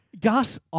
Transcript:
Gus